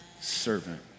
servant